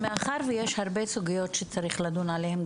מאחר שיש הרבה סוגיות שצריך לדון בהן,